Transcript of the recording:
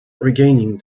regaining